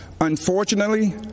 Unfortunately